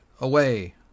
away